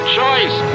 choice